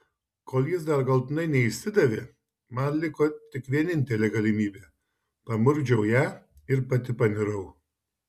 kol jis dar galutinai neišsidavė man liko tik vienintelė galimybė pamurkdžiau ją ir pati panirau